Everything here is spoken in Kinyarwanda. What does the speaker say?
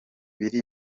biri